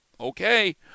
Okay